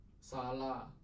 Salah